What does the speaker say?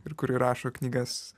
ir kuri rašo knygas